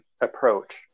approach